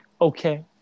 Okay